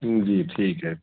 جی ٹھیک ہے